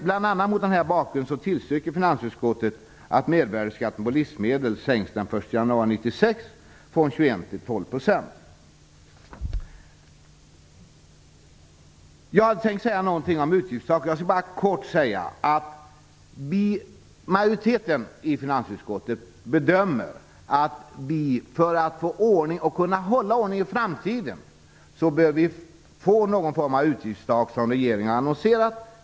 Bl.a. mot denna bakgrund tillstyrker finansutskottet att mervärdesskatten på livsmedel den 1 januari 1996 sänks från Beträffande utgiftstaket skall jag bara kort säga att majoriteten i finansutskottet bedömer att vi, för att få ordning och för att kunna hålla ordning i framtiden behöver få någon form av besked från regeringen om ett utgiftstak.